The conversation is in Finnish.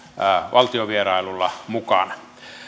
valtiovierailulla mukana